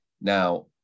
Now